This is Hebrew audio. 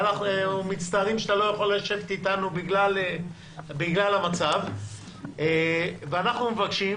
ואנחנו מצטערים שאתה לא יכול לשבת איתנו בגלל המצב ואנחנו מבקשים